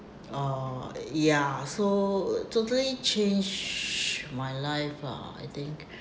uh ya so totally changed my life lah I think